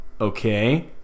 okay